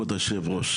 כבוד היו"ר,